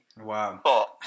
Wow